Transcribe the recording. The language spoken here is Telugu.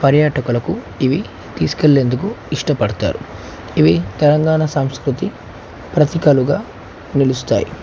పర్యాటకులకు ఇవి తీసుకెళ్ళెందుకు ఇష్టపడతారు ఇవి తెలంగాణ సంస్కృతి ప్రతీకలుగా నిలుస్తాయి